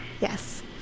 Yes